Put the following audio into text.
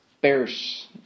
Bears